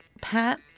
Pat